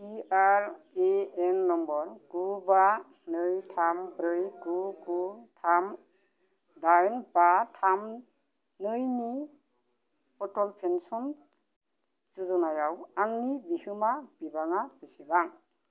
P R A N number गु बा नै थाम ब्रै गु गु थाम दाइन बा थाम नै नि अटल पेन्सन यजनायाव आंनि बिहोमा बिबाङा बेसेबां